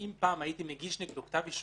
שאם פעם הייתי מגיש נגדו כתב אישום,